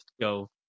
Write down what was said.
go